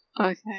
Okay